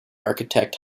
architect